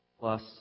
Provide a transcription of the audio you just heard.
plus